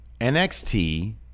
NXT